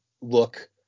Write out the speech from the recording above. look